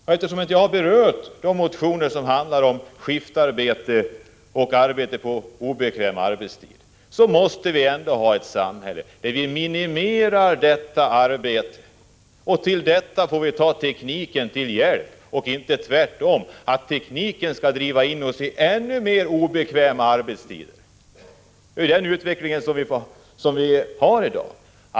Jag har inte berört de motioner som handlar om skiftarbete och arbete på obekväm arbetstid, men jag vill säga att vi måste ha ett samhälle där vi minimerar det slaget av arbete. För detta får vi ta tekniken till hjälp. Det får inte bli tvärtom, att tekniken skall driva in oss i ännu mer obekväma arbetstider. Det är den utvecklingen vi har i dag.